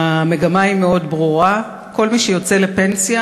המגמה היא מאוד ברורה: כל מי שיוצא לפנסיה,